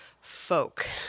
folk